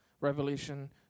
Revelation